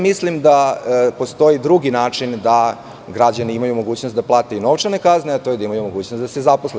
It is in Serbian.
Mislim da postoji drugi način da građani imaju mogućnost da plate novčane kazne, a to je da imaju mogućnost da se zaposle.